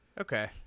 Okay